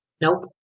Nope